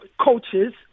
coaches